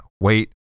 wait